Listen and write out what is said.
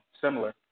similar